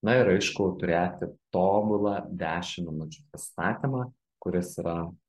na ir aišku turėti tobulą dešim minučių pristatymą kuris yra